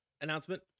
announcement